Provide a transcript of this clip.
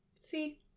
See